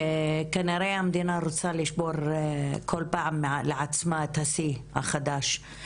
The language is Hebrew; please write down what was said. כנראה שהמדינה רוצה לשבור כל פעם לעצמה את השיא החדש,